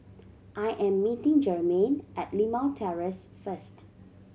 I am meeting Jermain at Limau Terrace first